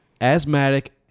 asthmatic